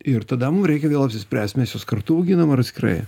ir tada mum reikia vėl apsispręst mes juos kartu auginam ar atskirai